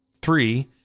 three,